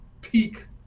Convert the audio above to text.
peak